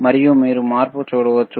మరియు మీరు మార్పు చూడవచ్చు